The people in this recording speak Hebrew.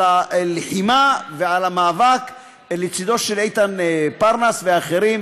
על הלחימה ועל המאבק לצדו של איתן פרנס ואחרים,